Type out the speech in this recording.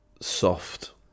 soft